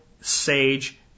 sage